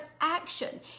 action